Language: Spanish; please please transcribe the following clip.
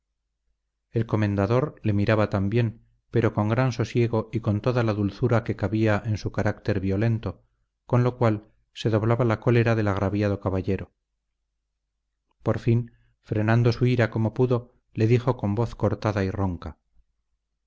el comendador le miraba también pero con gran sosiego y con toda la dulzura que cabía en su carácter violento con lo cual se doblaba la cólera del agraviado caballero por fin frenando su ira como pudo le dijo con voz cortada y ronca